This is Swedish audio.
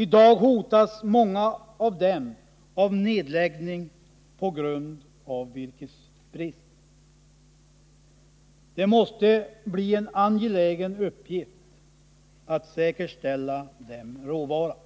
I dag hotas många av dem av nedläggning på grund av virkesbrist. Det måste bli en angelägen uppgift att säkerställa tillgången på råvara för dem.